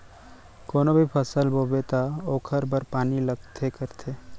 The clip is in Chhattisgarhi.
कोनो भी फसल बोबे त ओखर बर पानी लगबे करथे